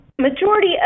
majority